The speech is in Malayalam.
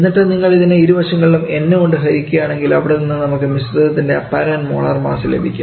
എന്നിട്ട് നിങ്ങൾ ഇതിനെ ഇരുവശങ്ങളിലും n കൊണ്ട് ഹരിക്കുകയാണെങ്കിൽ അവിടെ നിന്ന് നമുക്ക് മിശ്രിതത്തിൻറെ അപ്പാരൻറ് മോളാർ മാസ്സ് ലഭിക്കും